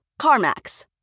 CarMax